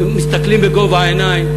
הם מסתכלים בגובה העיניים,